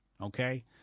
okay